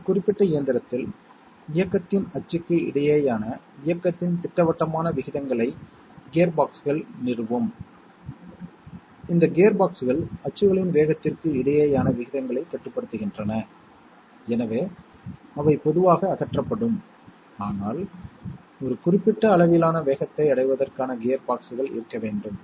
ஒரு அரைக்கும் இயந்திரம் உள்ளது அதில் வெப்பநிலை 60 டிகிரி சென்டிகிரேடுக்கு அதிகமாகவோ அல்லது சமமாகவோ இருந்தால் மேற்பரப்பின் வேகம் வினாடிக்கு 20 மீட்டருக்கும் அதிகமாகவும் டேபிள் ஃபீட் நிமிடத்திற்கு 15 மீட்டர் அல்லது குறைவாகவோ இருந்தால் தானாகவே குளிரூட்டியைப் பயன்படுத்த வேண்டும்